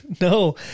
No